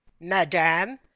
Madame